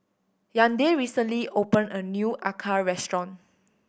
Yandel recently opened a new acar restaurant